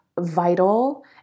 vital